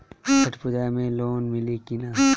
छठ पूजा मे लोन मिली की ना?